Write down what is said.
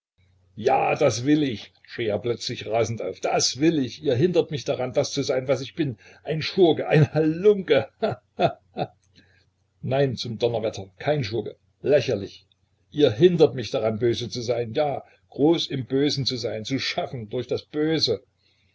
ja das will ich schrie er plötzlich rasend auf das will ich ihr hindert mich daran das zu sein was ich bin ein schurke ein halunke ha ha ha nein zum donnerwetter kein schurke lächerlich dir hindert mich daran böse zu sein ja groß im bösen zu sein zu schaffen durch das böse